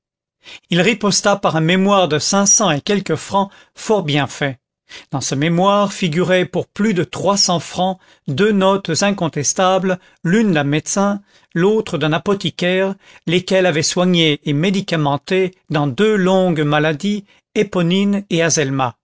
il riposta par un mémoire de cinq cents et quelques francs fort bien fait dans ce mémoire figuraient pour plus de trois cents francs deux notes incontestables l'une d'un médecin l'autre d'un apothicaire lesquels avaient soigné et médicamenté dans deux longues maladies éponine et